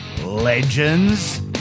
Legends